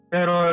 Pero